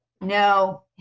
No